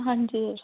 ਹਾਂਜੀ